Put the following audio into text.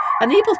unable